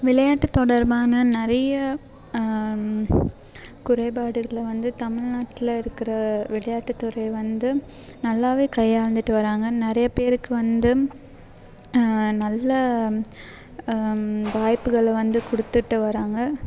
விளையாட்டு தொடர்பான நிறைய குறைபாடுகளை வந்து தமிழ்நாட்டில் இருக்கிற விளையாட்டு துறை வந்து நல்லா கையாண்டுகிட்டு வர்றாங்க நிறைய பேருக்கு வந்து நல்ல வாய்ப்புகளை வந்து கொடுத்துட்டு வர்றாங்க